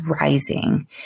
rising